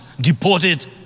deported